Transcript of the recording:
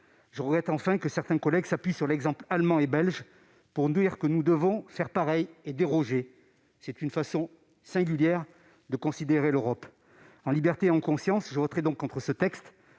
Je regrette enfin que certains collègues s'appuient sur les exemples allemand et belge pour dire que nous devons faire pareil et déroger. C'est une façon singulière de considérer l'Europe. En liberté, en conscience, je voterai contre ce texte,